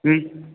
ಹ್ಞೂ